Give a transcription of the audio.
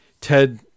Ted